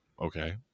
okay